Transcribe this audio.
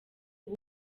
ubu